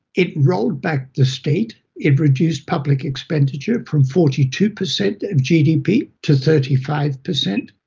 it rolled back the state, it reduced public expenditure from forty two percent of gdp to thirty five percent.